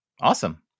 Awesome